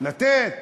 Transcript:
לתת?